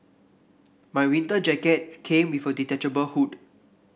my winter jacket came with a detachable hood